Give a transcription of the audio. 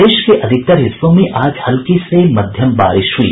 प्रदेश के अधिकतर हिस्सों में आज हल्की से मध्यम बारिश हुई